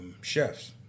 chefs